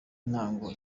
intango